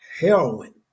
heroin